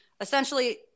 essentially